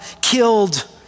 killed